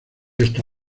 está